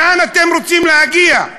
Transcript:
לאן אתם רוצים להגיע?